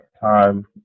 time